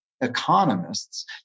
economists